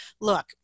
look